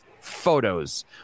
photos